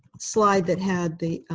slide that had the